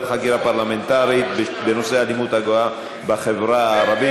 חקירה פרלמנטרית בנושא האלימות הגואה בחברה הערבית,